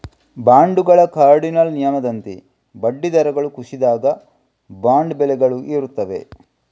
ಬಾಂಡುಗಳ ಕಾರ್ಡಿನಲ್ ನಿಯಮದಂತೆ ಬಡ್ಡಿ ದರಗಳು ಕುಸಿದಾಗ, ಬಾಂಡ್ ಬೆಲೆಗಳು ಏರುತ್ತವೆ